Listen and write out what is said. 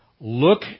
look